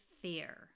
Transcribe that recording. fear